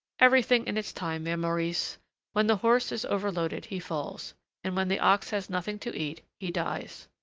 everything in its time, mere maurice when the horse is overloaded, he falls and when the ox has nothing to eat, he dies.